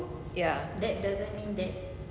ya